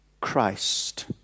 Christ